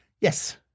Yes